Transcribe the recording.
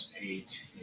eight